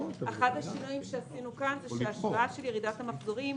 אחד השינויים שעשינו כאן הוא שההשוואה של ירידת המחזורים